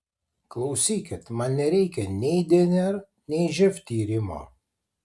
klausykit man nereikia nei dnr nei živ tyrimo